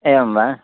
एवं वा